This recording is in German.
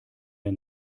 der